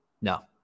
No